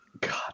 God